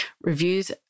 Reviews